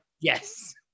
Yes